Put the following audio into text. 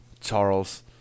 Charles